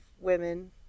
women